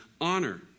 honor